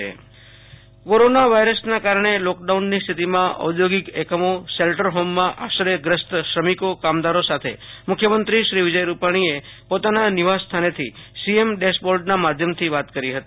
આશુતોષ અંતાણી મુખ્યમંત્રી સંવાદ કોરોના વાયરસના કારણે લોકડાઉનની સ્થિતિમાં ઔદ્યોગોકિ એકમો શેલ્ટર હોમમાં આશ્રયગ્રસ્ત શ્રમિકો કામદારો સાથે મુખ્યમંત્રી શ્રી વિજય રૂપાણીએ પોતાના નિવાસસ્થાનેથી સીએમ ડેશબોર્ડના માધ્યમથી વાત કરી હતી